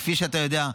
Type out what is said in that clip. כפי שאתה יודע,